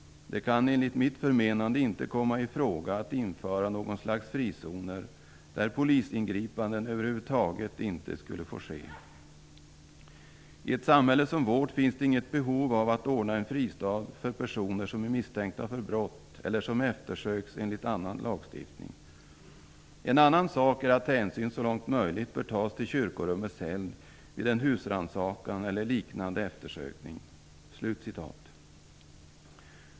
- Det kan enligt mitt förmenande inte komma ifråga att införa någon slags frizoner, där polisingripanden överhuvudtaget inte skulle få ske. I ett samhälle som vårt finns det inget behov av att ordna en fristad för personer som är misstänkta för brott eller som eftersöks enligt annan lagstiftning. En annan sak är att hänsyn så långt möjligt bör tas till kyrkorummets helgd vid en husrannsakan eller liknande eftersökning.''